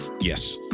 Yes